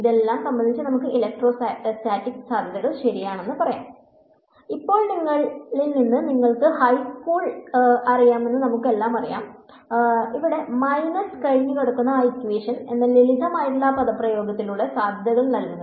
ഇനി ഇവിടെ നമ്മൾ ഹൈസ്കൂളിൽ പഠിച്ചിട്ടുള്ളത് പോലെ മൈനസ് എന്ന ലളിതമായ പദപ്രയോഗത്തിലൂടെയാണ് സാധ്യതകൾ നൽകുന്നത്